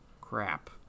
crap